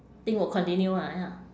think will continue ah ya